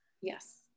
yes